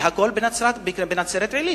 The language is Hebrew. והכול בנצרת-עילית,